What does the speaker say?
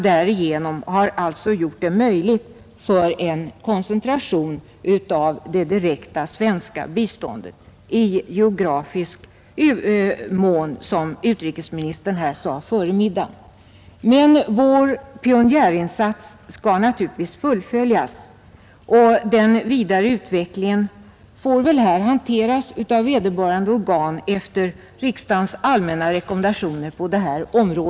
Detta kan alltså möjliggöra en geografisk koncentration av det direkta svenska biståndet, precis som utrikesministern nämnde före middagspausen. Men vår pionjärinsats skall naturligtivs fullföljas. Den vidare utvecklingen får väl hanteras av vederbörande organ efter riksdagen allmänna rekommendationer.